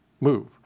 Move